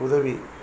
உதவி